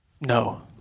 No